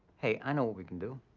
hey, i know what we can do.